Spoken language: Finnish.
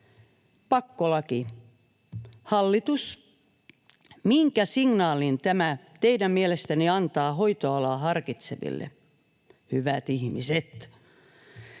Pakkolaki. Hallitus, minkä signaalin tämä teidän mielestänne antaa hoitoalaa harkitseville? Hyvät ihmiset!